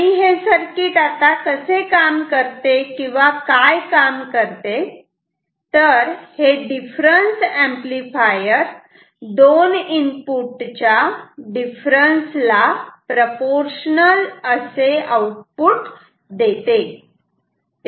आणि हे सर्किट कसे काम करते किंवा काय काम करते तर हे डिफरन्स एंपलीफायर दोन इनपुटच्या डिफरन्स ला प्रोपोर्शनल असे आउटपुट देते